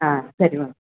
ಹಾಂ ಸರಿ ಮ್ಯಾಮ್